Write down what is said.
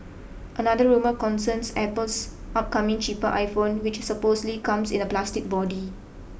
another rumour concerns Apple's upcoming cheaper iPhone which supposedly comes in a plastic body